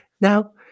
Now